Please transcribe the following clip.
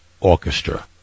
Orchestra